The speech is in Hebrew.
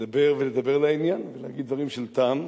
לדבר ולדבר לעניין ולהגיד דברים של טעם.